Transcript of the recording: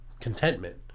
contentment